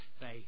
faith